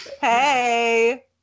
hey